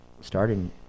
starting